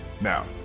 Now